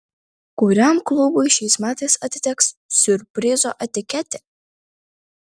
kuriam klubui šiais metais atiteks siurprizo etiketė